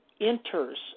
enters